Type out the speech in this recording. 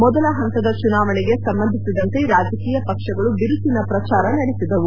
ಮೊದಲ ಹಂತದ ಚುನಾವಣೆಗೆ ಸಂಬಂಧಿಸಿದಂತೆ ರಾಜಕೀಯ ಪಕ್ಷಗಳು ಬಿರುಸಿನ ಪ್ರಚಾರ ನಡೆಸಿದವು